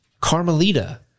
Carmelita